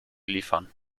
liefern